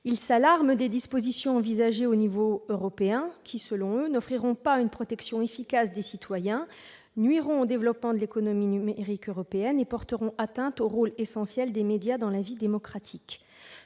Elles s'alarment des dispositions envisagées au niveau européen qui, selon elles, n'offriront pas une protection efficace des citoyens, nuiront au développement de l'économie numérique européenne et porteront atteinte au rôle essentiel des médias dans la vie démocratique,